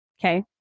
Okay